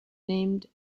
named